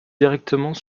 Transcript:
directement